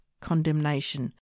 condemnation